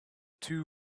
two